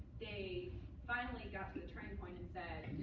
they finally got to the turning point and said,